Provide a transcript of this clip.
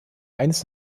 eines